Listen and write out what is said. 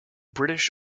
british